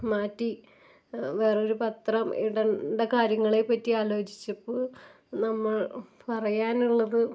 മാറ്റി വേറൊരു പത്രം ഇടേണ്ട കാര്യങ്ങളെപ്പറ്റി ആലോചിച്ചപ്പോൾ നമ്മൾ പറയാനുള്ളത്